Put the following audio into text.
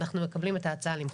אנחנו מקבלים את ההצעה למחוק.